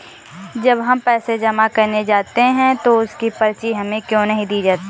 जब हम पैसे जमा करने जाते हैं तो उसकी पर्ची हमें क्यो नहीं दी जाती है?